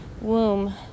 womb